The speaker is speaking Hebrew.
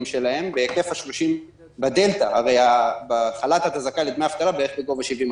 הם השתמשו בתירוץ של המשבר והוציאו,